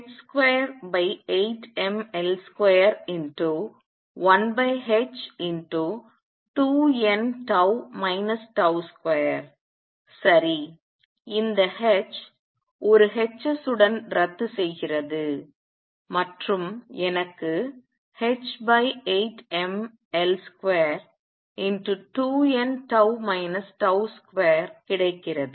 இந்த h ஒரு hs உடன் ரத்துசெய்கிறது மற்றும் எனக்கு h8mL22nτ 2 கிடைக்கிறது